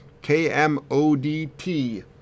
K-M-O-D-T